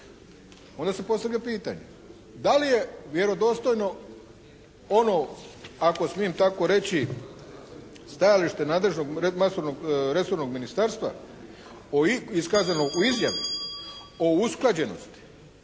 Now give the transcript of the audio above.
Onda se postavlja pitanje, da li je vjerodostojno ono ako smijem tako reći, stajalište nadležnog, resornog ministarstva iskazanog u izjavi o usklađenosti